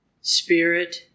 spirit